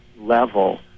level